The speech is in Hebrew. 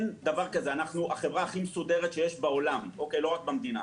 אנחנו החברה הכי מסודרת שיש בעולם, לא רק במדינה.